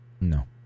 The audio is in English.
No